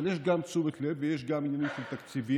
אבל יש גם תשומת לב ויש גם עניינים של תקציבים,